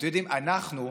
אתם יודעים, אנחנו,